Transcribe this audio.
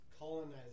colonized